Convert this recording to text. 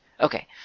Okay